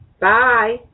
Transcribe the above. Bye